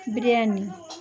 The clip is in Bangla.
বিরিয়ানি